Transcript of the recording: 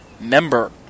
member